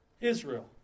Israel